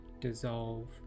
dissolve